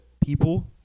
people